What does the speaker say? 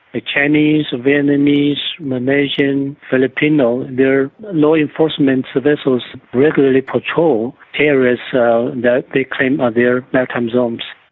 the chinese, vietnamese, malaysian, filipino, their law enforcement vessels regularly patrol areas so that they claim are their maritime zones.